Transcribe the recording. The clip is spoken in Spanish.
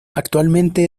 actualmente